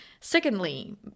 Secondly